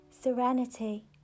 serenity